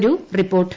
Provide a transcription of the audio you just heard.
ഒരു റിപ്പോർട്ട്